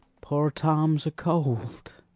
poor tom's a-cold.